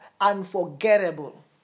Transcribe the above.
unforgettable